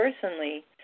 personally